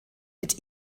mit